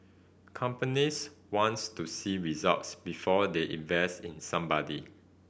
companies wants to see results before they invest in somebody